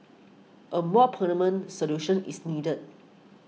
a more permanent solution is needed